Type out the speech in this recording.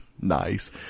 Nice